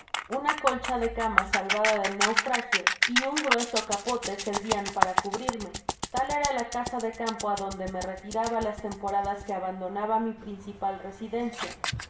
una colcha de cama salvada del naufragio y un grueso capote servian para cubrirme tal era la casa de campo adonde me retiraba las temporadas que abandonaba m principal residencia